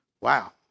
Wow